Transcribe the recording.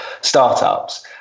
startups